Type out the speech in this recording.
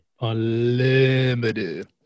Unlimited